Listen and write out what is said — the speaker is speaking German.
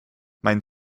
mein